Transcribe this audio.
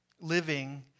living